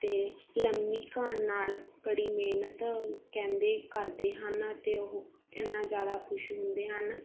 ਅਤੇ ਲੰਮੀ ਘਣ ਨਾਲ ਕੜੀ ਮਿਹਨਤ ਕਹਿੰਦੇ ਕਰਦੇ ਹਨ ਅਤੇ ਉਹ ਇੰਨਾ ਜ਼ਿਆਦਾ ਖੁਸ਼ ਹੁੰਦੇ ਹਨ